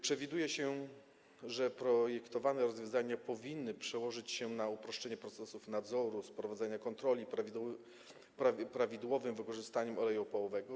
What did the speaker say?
Przewiduje się, że projektowane rozwiązania powinny przełożyć się na uproszczenie procesów nadzoru i sprawowania kontroli nad prawidłowym wykorzystaniem oleju opałowego.